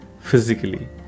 Physically